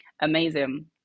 amazing